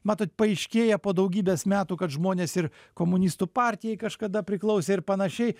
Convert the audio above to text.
matot paaiškėja po daugybės metų kad žmonės ir komunistų partijai kažkada priklausė ir panašiai